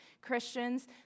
Christians